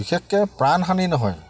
বিশেষকৈ প্ৰাণ হানি নহয়